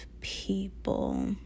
people